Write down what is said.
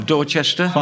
Dorchester